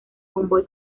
convoy